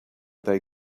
they